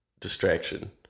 distraction